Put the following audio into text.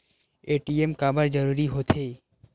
ATM काबर जरूरी हो थे?